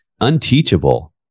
unteachable